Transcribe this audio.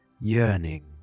yearning